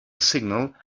signal